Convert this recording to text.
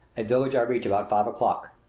a village i reach about five o'clock.